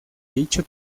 dicho